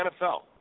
NFL